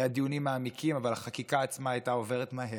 היו דיונים מעמיקים אבל החקיקה עצמה הייתה עוברת מהר,